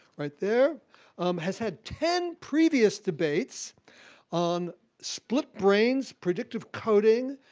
right there has had ten previous debates on split-brains, predictive coding,